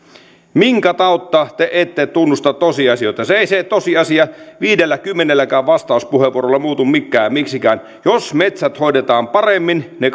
minkä tautta te ette tunnusta tosiasioita se ei se tosiasia viidelläkymmenelläkään vastauspuheenvuorolla muutu miksikään jos metsät hoidetaan paremmin ne